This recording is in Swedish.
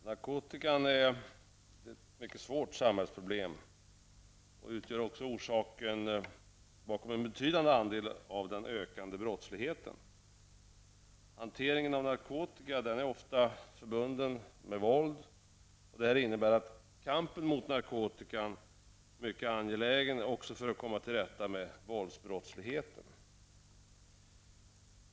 Herr talman! Narkotikan är ett mycket svårt samhällsproblem och utgör också orsaken till en betydande andel av den ökande brottsligheten. Hanteringen av narkotika är ofta förbunden med våld, och det innebär att kampen mot narkotikan är mycket angelägen också för att komma till rätta med våldsbrottsligheten.